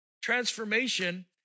transformation